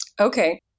Okay